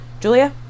Julia